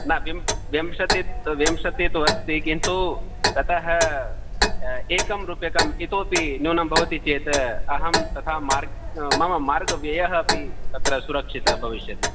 ना विं विंशति विंशति तु अस्ति किन्तु ततः एकं रूप्यकं इतोऽपि न्यूनं भवति चेत् अहं तथा मार्ग मम मार्गव्ययः अपि तत्र सुरक्षिता भविष्यति